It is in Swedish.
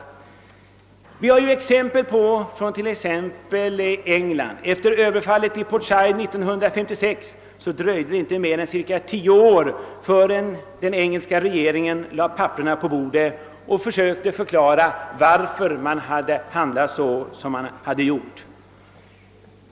Jag vill i detta sammanhang som exempel anföra att det efter Englands överfall på Egypten i Port Said 1956 inte dröjde mer än cirka tio år förrän den engelska regeringen lade papperen på bordet och försökte förklara varför man hade handlat som man hade gjort.